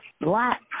black